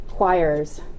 choirs